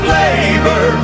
labor